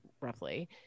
roughly